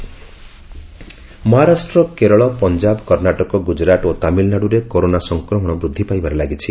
Covid status Maharashtra Kerala Punjab Karnataka Gujarat ଓ ତାମିଲନାଡୁରେ corona ସଂକ୍ରମଣ ବୃଦ୍ଧି ପାଇବାରେ ଲାଗିଛି